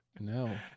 No